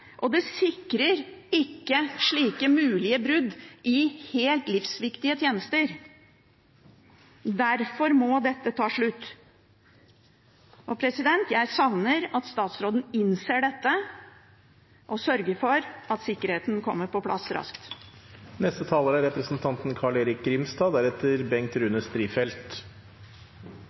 og det sikrer ikke mot slike mulige brudd i helt livsviktige tjenester. Derfor må dette ta slutt. Jeg savner at statsråden innser dette og sørger for at sikkerheten kommer på plass raskt.